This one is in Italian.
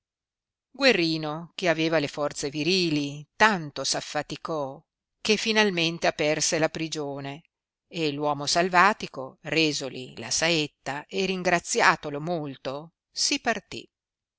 guerrino che aveva le forze virili tanto s affaticò che finalmente aperse la prigione e l'uomo salvatico resoli la saetta e ringraziatolo molto si partì